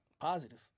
Positive